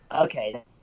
okay